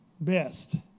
best